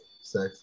sex